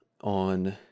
on